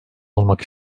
olmak